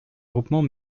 groupement